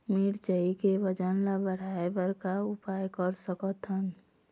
मिरचई के वजन ला बढ़ाएं बर का उपाय कर सकथन?